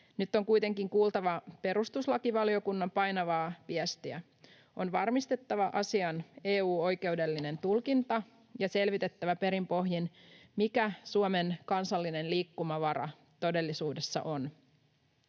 Nyt on kuitenkin kuultava perustuslakivaliokunnan painavaa viestiä. On varmistettava asian EU-oikeudellinen tulkinta ja selvitettävä perin pohjin, mikä Suomen kansallinen liikkumavara todellisuudessa on.